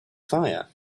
fire